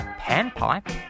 Panpipe